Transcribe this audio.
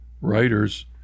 writers